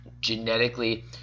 genetically